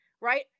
right